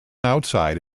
outside